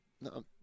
No